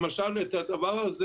למשל, את הדבר הזה